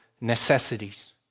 necessities